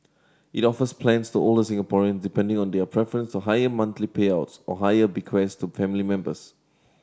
it offers plans to older Singaporean depending on their preference to higher monthly payouts or higher bequests to family members